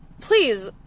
please